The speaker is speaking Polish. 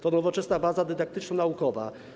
To nowoczesna baza dydaktyczno-naukowa.